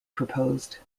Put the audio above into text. proposed